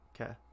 okay